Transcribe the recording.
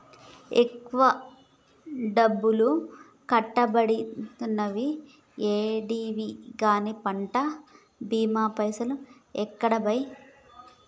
ఎక్కువ డబ్బులు కట్టబడితినని ఏడిస్తివి గాని పంట బీమా పైసలు ఏడబాయే